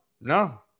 No